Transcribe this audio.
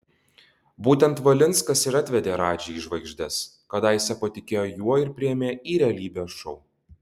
būtent valinskas ir atvedė radži į žvaigždes kadaise patikėjo juo ir priėmė į realybės šou